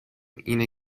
اینه